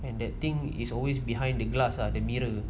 and that thing is always behind the glass ah the mirror